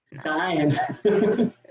dying